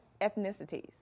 ethnicities